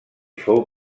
fou